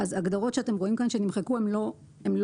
הגדרות שאתם רואים כאן שנמחקו הן לא נעלמו,